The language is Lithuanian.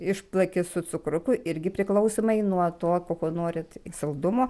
išplaki su cukruku irgi priklausomai nuo to koko norit saldumo